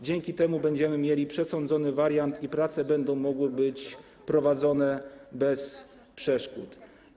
Dzięki temu będziemy mieli przesądzony wariant i prace będą mogły być prowadzone bez przeszkód.